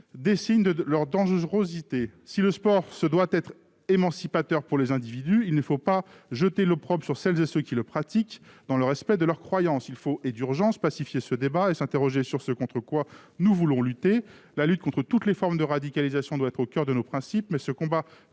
pas synonymes de dangerosité. Si le sport se doit d'être émancipateur pour les individus, ne jetons pas l'opprobre sur celles et ceux qui le pratiquent dans le respect de leurs croyances. Il faut d'urgence pacifier ce débat et s'interroger sur ce contre quoi nous voulons lutter. Le combat quotidien contre toutes les formes de radicalisation doit être au coeur de nos principes, mais il doit